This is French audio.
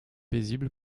paisible